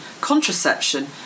contraception